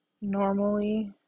normally